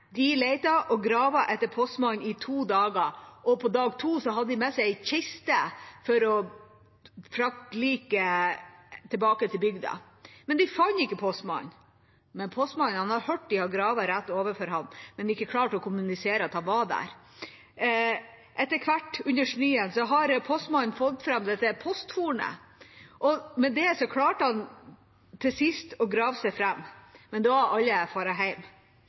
De lette og gravde etter postmannen i to dager. På dag to hadde de med seg en kiste for å frakte liket tilbake til bygda, men de fant ikke postmannen. Postmannen hadde imidlertid hørt at de gravde rett over ham, men klarte ikke å kommunisere at han var der. Etter hvert, under snøen, hadde postmannen fått fram posthornet, og med det klarte han til sist å grave seg fram. Men da var alle